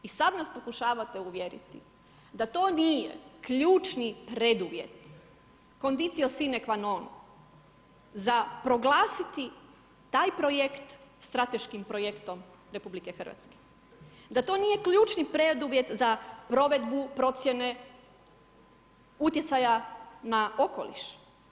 I sada nas pokušavate uvjeriti, da to nije ključni preduvjet, kondicije … za proglasiti taj projekt strateškim projektom RH, da to nije ključni preduvjet za provedbu, procjene, utjecaja na okoliš.